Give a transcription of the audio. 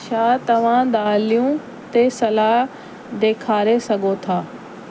छा तव्हां दालियूं ते सलाहु ॾेखारे सघो था